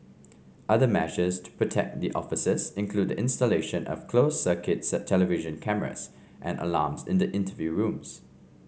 other measures to protect the officers include the installation of closed circuits television cameras and alarms in the interview rooms